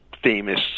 famous